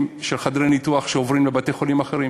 של חדרי ניתוח שעוברים לבתי-חולים אחרים,